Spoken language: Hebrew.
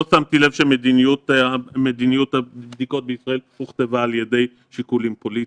לא שמתי לב שמדיניות הבדיקות בישראל הוכתבה על ידי שיקולים פוליטיים.